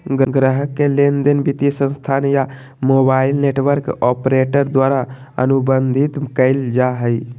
ग्राहक के लेनदेन वित्तीय संस्थान या मोबाइल नेटवर्क ऑपरेटर द्वारा अनुबंधित कइल जा हइ